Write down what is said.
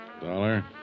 Dollar